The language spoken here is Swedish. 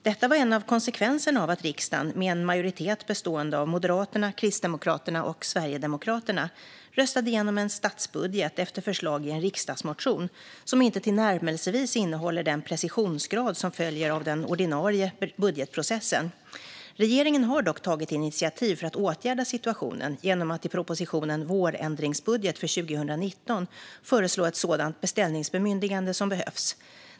Detta var en av konsekvenserna av att riksdagen, med en majoritet bestående av Moderaterna, Kristdemokraterna och Sverigedemokraterna, röstade igenom en statsbudget, efter förslag i en riksdagsmotion, som inte tillnärmelsevis innehåller den precisionsgrad som följer av den ordinarie budgetprocessen. Regeringen har dock tagit initiativ för att åtgärda situationen genom att i propositionen Vårändringsbudget för 2019 föreslå ett sådant beställningsbemyndigande som behövs.